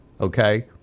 okay